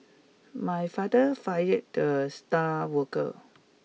my father fired the star worker